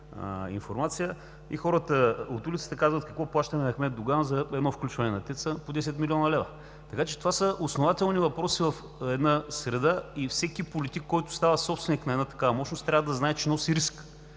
информация. И хората от улицата казват: какво, плащаме на Ахмед Доган за едно включване на ТЕЦ-а по 10 млн. лв.?! Това са основателни въпроси в една среда и всеки политик, който става собственик на такава мощност, трябва да знае, че носи риск